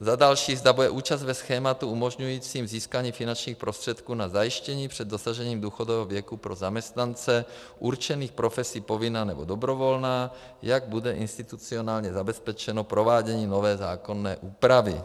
Za další, zda bude účast ve schématu umožňujícím získání finančních prostředků na zajištění před dosažením důchodového věku pro zaměstnance určených profesí povinná, nebo dobrovolná, jak bude institucionálně zabezpečeno provádění nové zákonné úpravy.